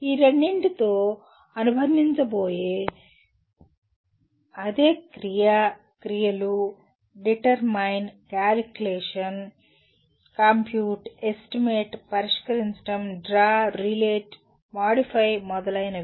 ఈ రెండింటితో అనుబంధించబోయే అదే క్రియ క్రియలు డిటర్మైన్ క్యాలిక్యులేట్ కంప్యూట్ ఎస్టిమేట్ పరిష్కరించడం డ్రా రిలేట్ మాడిఫై మొదలైనవి